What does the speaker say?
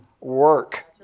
work